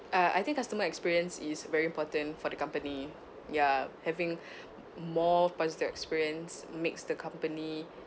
uh I think customer experience is very important for the company ya having more positive experience makes the company